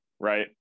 right